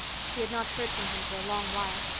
she had not heard from him for a long while.